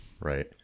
Right